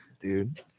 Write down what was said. dude